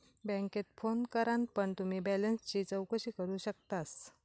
बॅन्केत फोन करान पण तुम्ही बॅलेंसची चौकशी करू शकतास